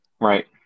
Right